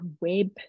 web